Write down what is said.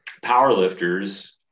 powerlifters